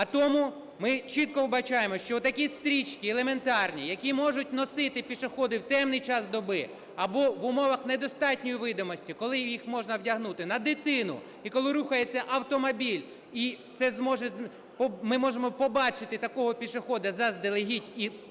А тому, ми чітко вбачаємо, що такі стрічки елементарні, яку можуть носити пішоходи в темний час доби або в умовах недостатньої видимості, коли їх можна вдягнути на дитину і коли рухається автомобіль, і це зможе… ми можемо побачити такого пішохода заздалегідь, і водій